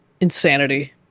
Insanity